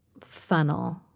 funnel